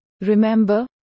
Remember